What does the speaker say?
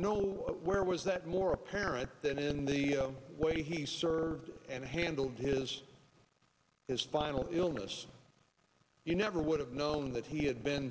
nowhere was that more apparent than in the way he served and handled his his final illness he never would have known that he had been